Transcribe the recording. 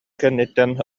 кэнниттэн